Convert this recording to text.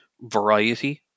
variety